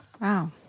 wow